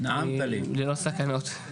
ללא סכנות.